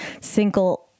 single